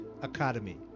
Academy